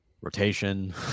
rotation